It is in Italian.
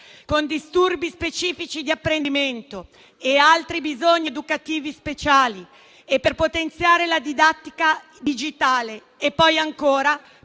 con disturbi specifici di apprendimento e altri bisogni educativi speciali; per potenziare la didattica digitale e, poi, ancora